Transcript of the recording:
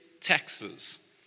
taxes